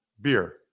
Beer